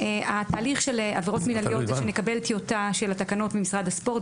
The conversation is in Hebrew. לגבי התהליך של עבירות מינהליות נקבל טיוטה של התקנות ממשרד הספורט.